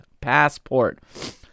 passport